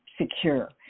secure